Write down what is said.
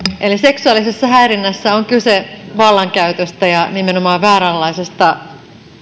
eli seksuaalisessa häirinnässä on kyse vallankäytöstä ja nimenomaan vääränlaisesta